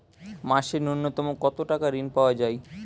মাসে নূন্যতম কত টাকা ঋণ পাওয়া য়ায়?